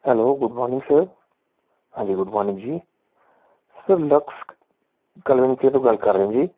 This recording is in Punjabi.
ਹੈਲੋ ਗੁਡ ਮੋਰਨਿੰਗ ਸਰ ਹਾਂਜੀ ਗੁਡ ਮੋਰਨਿੰਗ ਜੀ ਸਰ ਲਕਸ ਤੋਂ ਗੱਲ ਕਰ ਰਹੇ ਜੀ